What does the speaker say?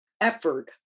effort